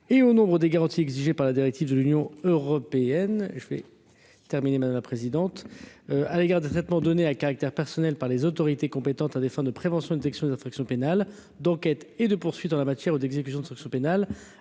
et au nombre des garanties exigées par la directive de l'Union européenne, je vais terminer, madame la présidente à l'égard de vêtements données à caractère personnel par les autorités compétentes à des fins de prévention, une section d'infractions pénales d'enquêtes et de poursuites en la matière ou d'exécution de sanctions pénales